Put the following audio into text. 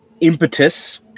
impetus